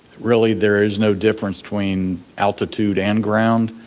really there is no difference between altitude and ground.